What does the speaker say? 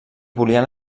volien